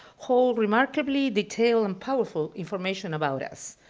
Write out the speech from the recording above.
hold remarkably detailed and powerful information about us.